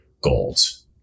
goals